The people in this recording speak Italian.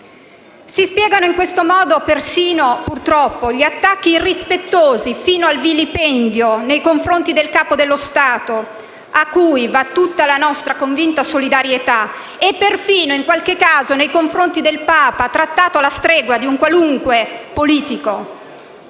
Si spiegano in questo modo persino, purtroppo, gli attacchi irrispettosi - fino al vilipendio - nei confronti del Capo dello Stato, a cui va tutta la nostra convinta solidarietà, e perfino nei confronti del Papa, trattato alla stregua di un qualunque politico.